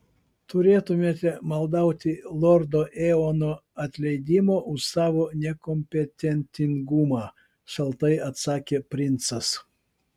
turėtumėte maldauti lordo eono atleidimo už savo nekompetentingumą šaltai atsakė princas